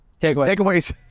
Takeaways